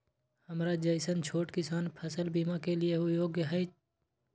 हमरा जैसन छोट किसान फसल बीमा के लिए योग्य छै?